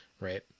right